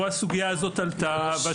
שהסוגיה הזאת עלתה בו.